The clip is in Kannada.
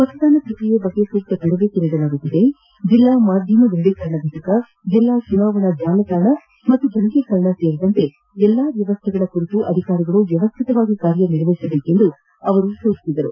ಮತದಾನ ಪ್ರಕ್ರಿಯೆ ಕುರಿತು ಸೂಕ್ತ ತರಬೇತಿ ನೀಡಲಾಗುತ್ತಿದೆ ಜಿಲ್ಲಾ ಮಾಧ್ಯಮ ದೃಢೀಕರಣ ಘಟಕ ಜಿಲ್ಲಾ ಚುನಾವಣಾ ಜಾಲತಾಣ ಮತ್ತು ಗಣಕೀಕರಣ ಸೇರಿದಂತೆ ಎಲ್ಲಾ ವ್ಯವಸ್ಥೆಗಳ ಕುರಿತು ಅಧಿಕಾರಿಗಳು ವ್ಯವಶ್ಯಿತವಾಗಿ ಕಾರ್ಯನಿರ್ವಹಿಸಬೇಕು ಎಂದು ಅವರು ಸೂಚಿಸಿದರು